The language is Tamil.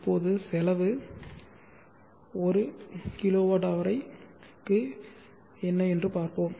இப்போது செலவு kWH ஐப் பார்ப்போம்